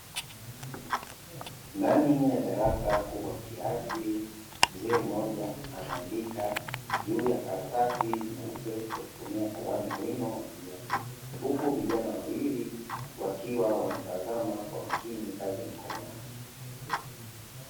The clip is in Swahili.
Ndani ya darasa kubwa kiasi mzee mmoja anaandika juu ya karatasi nyeupe kwa kutumia kalamu ya wino wa bluu, huku vijana wawili wakiwa wanatazama kwa umakini kazi ya mikono yake.